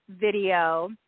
video